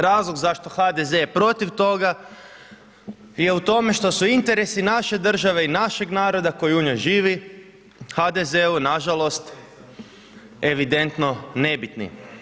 Razlog zašto HDZ je protiv toga je u tome što su interesi naše države i našeg naroda koji u njoj živi HDZ-u nažalost evidentno nebitni.